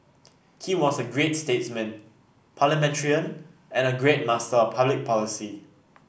he was a great statesman parliamentarian and a great master of public policy